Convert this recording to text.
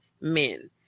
men